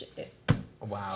Wow